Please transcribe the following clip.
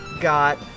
got